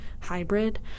hybrid